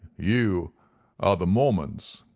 you are the mormons.